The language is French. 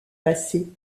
passée